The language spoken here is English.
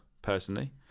personally